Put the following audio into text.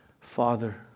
Father